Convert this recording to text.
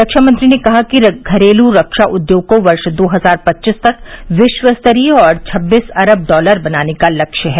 रक्षामंत्री ने कहा कि घरेलू रक्षा उद्योग को वर्ष दो हजार पच्चीस तक विश्व स्तरीय और छब्बीस अरब डॉलर का बनाने का लक्ष्य है